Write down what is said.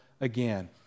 again